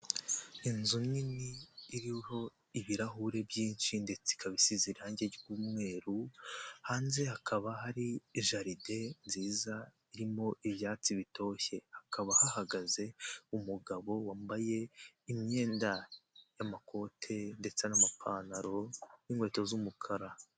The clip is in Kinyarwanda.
Inzu nini iriho ibirahuri byinshi ndetse ikaba isize irangi ry'umweru, hanze hakaba hari jaride nziza irimo ibyatsi bitoshye, hakaba hahagaze umugabo wambaye imyenda y'amakote ndetse n'amapantaro n'inkweto z'umukara.